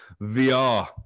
VR